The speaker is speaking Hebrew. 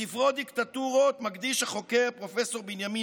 בספרו "דיקטטורות" מקדיש החוקר פרופ' בנימין